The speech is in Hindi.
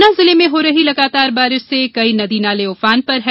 पन्ना जिले में हो रही लगातार बारिश से कई नदी नाले उफान पर है